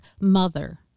mother